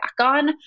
on